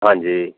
ਹਾਂਜੀ